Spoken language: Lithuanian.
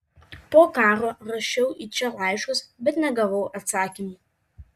po karo rašiau į čia laiškus bet negavau atsakymų